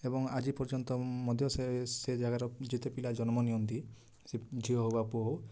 ଏବଂ ଆଜି ପର୍ଯ୍ୟନ୍ତ ମଧ୍ୟ ସେ ସେ ଜାଗାରେ ଯେତେ ପିଲା ଜନ୍ମ ନିଅନ୍ତି ସେ ଝିଅ ହଉ ବା ପୁଅ ହଉ